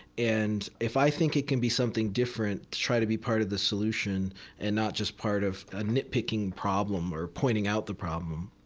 and if i think it can be something different, try to be part of the solution and not just part of a nitpicking problem or pointing out the problem.